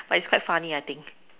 but it's quite funny I think